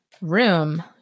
room